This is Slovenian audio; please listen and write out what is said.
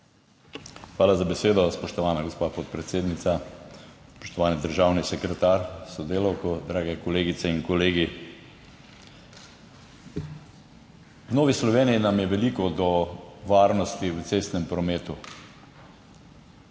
Hvala za besedo, spoštovana gospa podpredsednica. Spoštovani državni sekretar s sodelavko, drage kolegice in kolegi! V Novi Sloveniji nam je veliko do varnosti v cestnem prometu.